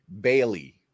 Bailey